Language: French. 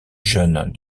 jeune